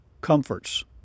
comforts